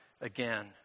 again